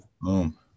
Boom